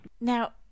now